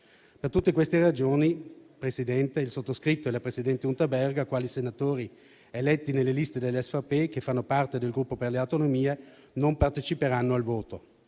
Per tutte queste ragioni, Presidente, il sottoscritto e la presidente Unterberger, quali senatori eletti nelle liste del Südtiroler Volkspartei, che fanno parte del Gruppo per le Autonomie, non parteciperanno al voto.